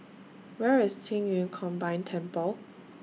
Where IS Qing Yun Combined Temple